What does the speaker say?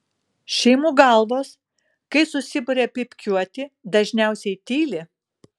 šeimų galvos kai susiburia pypkiuoti dažniausiai tyli